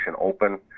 open